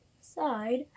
side